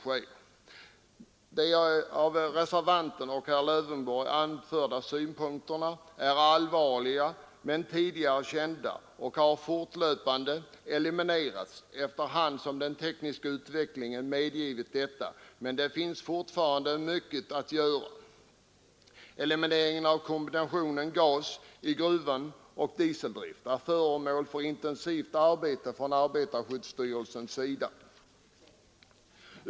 De av reservanten och herr Lövenborg anförda synpunkterna är allvarliga men tidigare kända och har fortlöpande eliminerats efter hand som den tekniska utvecklingen har medgivit detta, men det finns fortfarande mycket att göra. Elimineringen av kombinationen gas i gruvan och dieseldrift är föremål för intensivt arbete i arbetarskyddstyrelsen.